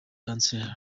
cancer